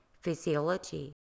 physiology